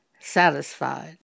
satisfied